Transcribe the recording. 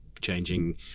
changing